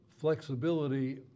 flexibility